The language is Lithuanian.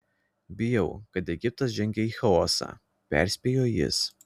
bijau kad egiptas žengia į chaosą perspėjo jis